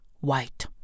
white